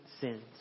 sins